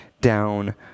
down